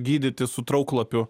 gydyti su trauklapiu